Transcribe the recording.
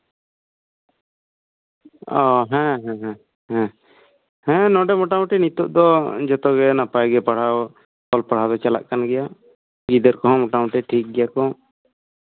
ᱚ ᱦᱮᱸ ᱦᱮᱸ ᱦᱮᱸ ᱱᱚᱰᱮ ᱢᱳᱴᱟᱢᱩᱴᱤ ᱱᱤᱛᱚᱜ ᱫᱚ ᱡᱚᱛᱚᱜᱮ ᱱᱟᱯᱟᱭᱜᱮ ᱯᱟᱲᱦᱟᱣ ᱫᱚ ᱪᱟᱞᱟᱜ ᱠᱟᱱ ᱜᱮᱭᱟ ᱜᱤᱫᱽᱨᱟᱹ ᱠᱚᱦᱚᱸ ᱢᱳᱴᱟᱢᱩᱴᱤ ᱴᱷᱤᱠ ᱜᱮᱭᱟ ᱠᱚ